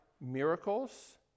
miracles